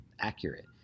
accurate